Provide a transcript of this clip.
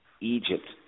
Egypt